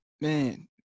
Man